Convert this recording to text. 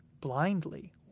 blindly